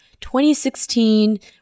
2016